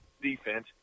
defense